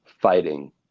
fighting